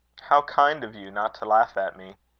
how kind of you not to laugh at me!